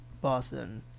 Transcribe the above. Boston